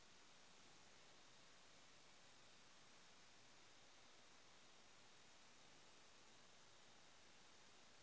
पाँच कुंटल धानेर लोड करवार मजदूरी कतेक होचए?